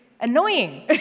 annoying